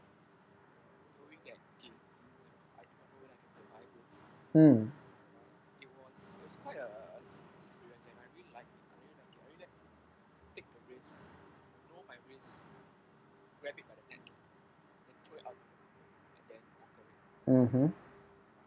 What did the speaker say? mm mmhmm